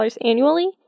annually